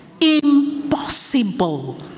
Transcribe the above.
Impossible